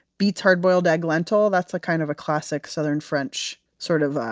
beets hard-boiled egg, lentil, that's kind of a classic southern french sort of,